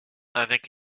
avec